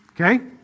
Okay